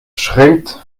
schränkt